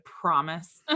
promise